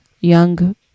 young